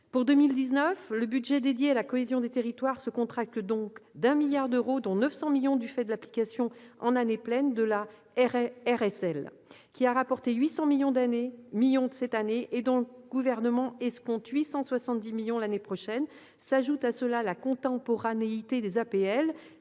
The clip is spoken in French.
Pour 2019, le budget dédié à la cohésion des territoires se contracte de 1 milliard d'euros, dont 900 millions d'euros du fait de l'application en année pleine de la RSL, qui a rapporté 800 millions d'euros cette année et dont le Gouvernement escompte 870 millions d'euros l'année prochaine. S'ajoute à cela la contemporanéité des APL.